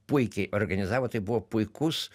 puikiai organizavo tai buvo puikus